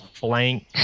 blank